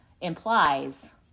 implies